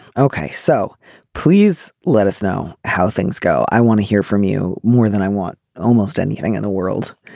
ok. so please let us know how things go. i want to hear from you more than i want almost anything in the world.